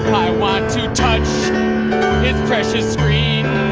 i want to touch its precious screen.